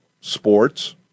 sports